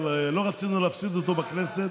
אבל לא רצינו להפסיד אותו בכנסת.